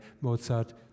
Mozart